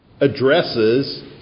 addresses